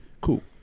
Cool